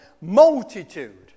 multitude